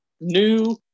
new